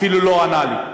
אפילו לא ענה לי,